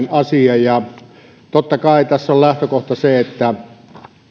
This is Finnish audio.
on erinomainen asia totta kai tässä on lähtökohta se että